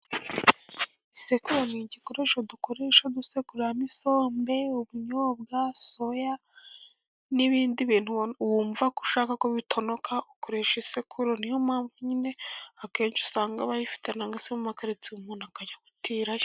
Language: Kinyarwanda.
Isekuru ni igikoresho dukoresha dusekuramo isombe, ubunyobwa, soya, n'ibindi bintu wumva ko ushaka ko bitonoka ukoresha isekuru, ni yo mpamvu nyine akenshi usanga bayifite, cyangwa se no mu makaritsiye umuntu akajya gutira yo.